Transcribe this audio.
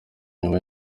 nyuma